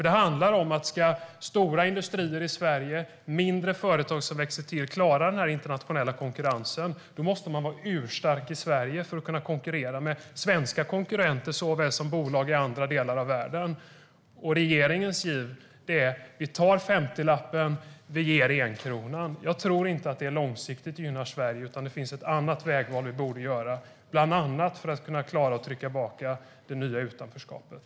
Det handlar om att om stora industrier och mindre företag som växer till ska klara den internationella konkurrensen, då måste man vara urstark i Sverige för att kunna konkurrera med såväl svenska konkurrenter som bolag i andra delar av världen. Regeringens giv är: Vi tar femtiolappen, och vi ger enkronan. Jag tror inte att det långsiktigt gynnar Sverige. Det finns ett annat vägval vi borde göra, bland annat för att kunna klara att trycka tillbaka det nya utanförskapet.